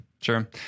Sure